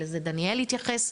לזה דניאל יתייחס,